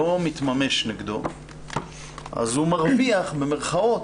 לא מתממש נגדו אז הוא "מרוויח", במירכאות,